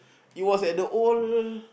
it was at the old